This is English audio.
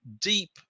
deep